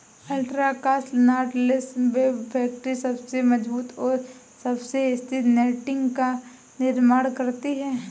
ultra cross knotless web factory सबसे मजबूत और सबसे स्थिर नेटिंग का निर्माण करती है